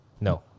no